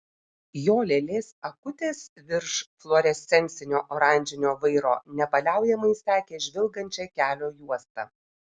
jo lėlės akutės virš fluorescencinio oranžinio vairo nepaliaujamai sekė žvilgančią kelio juostą